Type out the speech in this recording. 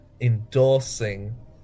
endorsing